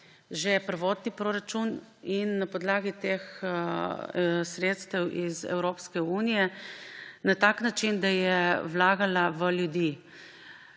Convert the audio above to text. že prvotni proračun na podlagi teh sredstev iz Evropske unije na tak način, da je vlagala v ljudi.